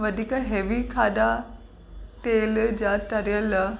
वधीक हैवी खाधा तेल जा तरियल